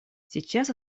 сейчас